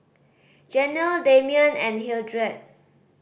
Janell Damion and Hildred